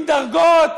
פקידות עם דרגות,